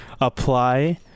apply